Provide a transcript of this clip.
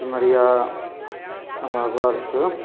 सिमरिया हमरा घरसे